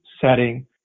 setting